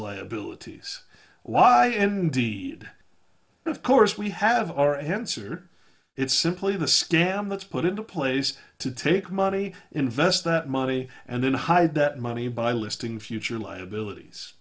liabilities why indeed of course we have our answer it's simply the scam that's put into place to take money invest that money and then hide that money by listing future liabilities